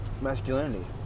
masculinity